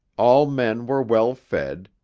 all men were well-fed,